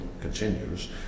continues